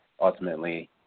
ultimately